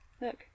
Look